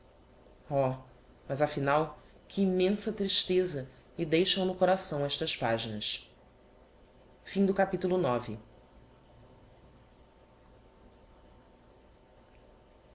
mas a final que immensa tristeza me deixam no coração estas paginas não